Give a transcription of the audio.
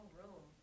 room